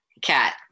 cat